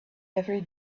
every